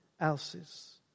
else's